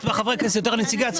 פחות חברי כנסת ויותר נציגי העצמאים,